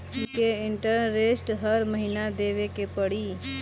Loan के interest हर महीना देवे के पड़ी?